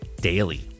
daily